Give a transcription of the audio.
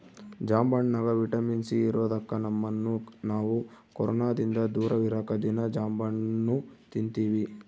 ಜಾಂಬಣ್ಣಗ vitamin C ಇರದೊಕ್ಕ ನಮ್ಮನ್ನು ನಾವು ಕೊರೊನದಿಂದ ದೂರವಿರಕ ದೀನಾ ಜಾಂಬಣ್ಣು ತಿನ್ತಿವಿ